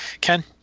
Ken